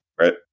Right